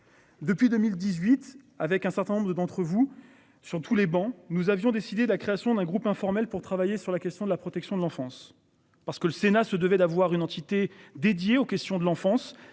Depuis 2018, avec un certain nombre d'entre vous sur tous les bancs, nous avions décidé la création d'un groupe informel pour travailler sur la question de la protection de l'enfance parce que le Sénat se devait d'avoir une entité dédiée aux questions de l'enfance.